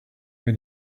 when